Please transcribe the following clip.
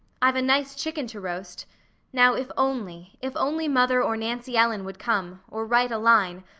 i've a nice chicken to roast now if only, if only mother or nancy ellen would come, or write a line,